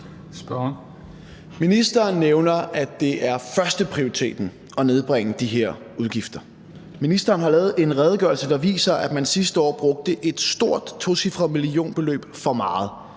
Ministeren nævner, at det er førsteprioriteten at nedbringe de her udgifter. Ministeren har lavet en redegørelse, der viser, at man sidste år brugte et stort tocifret millionbeløb for meget.